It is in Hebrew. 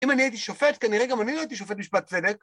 אם אני הייתי שופט, כנראה גם אני לא הייתי שופט משפט צדק